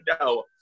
No